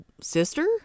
sister